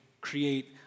create